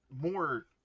more